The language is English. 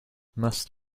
must